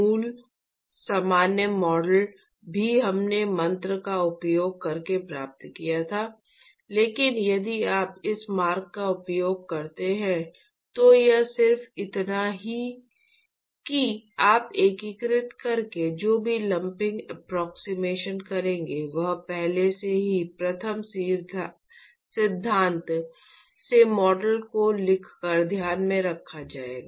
मूल सामान्य मॉडल भी हमने मंत्र का उपयोग करके प्राप्त किया था लेकिन यदि आप इस मार्ग का उपयोग करते हैं तो यह सिर्फ इतना है कि आप एकीकृत करके जो भी लंपिंग अप्प्रोक्सिमेशन करेंगे वह पहले से ही प्रथम सिद्धांत से मॉडल को लिखकर ध्यान में रखा जाएगा